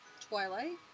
Twilight